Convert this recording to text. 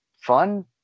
fun